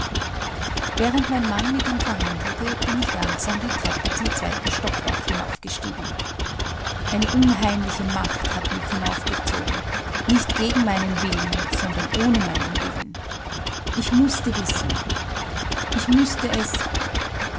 während mein mann mit ihm verhandelte bin ich langsam die treppe zum zweiten stockwerk hinaufgestiegen eine unheimliche macht hat mich hinaufgezogen nicht gegen meinen willen sondern ohne meinen willen ich mußte wissen ich müßte es